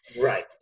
Right